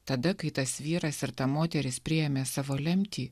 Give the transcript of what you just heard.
tada kai tas vyras ir ta moteris priėmė savo lemtį